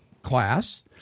Class